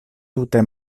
tute